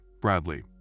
Bradley